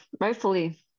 rightfully